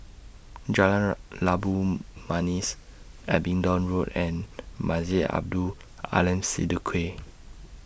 Jalan Labu Manis Abingdon Road and Masjid Abdul Aleem Siddique